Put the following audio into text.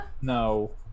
No